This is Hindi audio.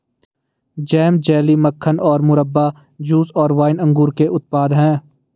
जैम, जेली, मक्खन और मुरब्बा, जूस और वाइन अंगूर के उत्पाद हैं